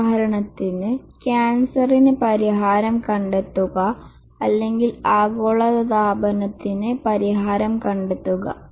ഉദാഹരണത്തിന് ക്യാൻസറിന് പരിഹാരം കണ്ടെത്തുക അല്ലെങ്കിൽ ആഗോളതാപനത്തിന് പരിഹാരം കണ്ടെത്തുക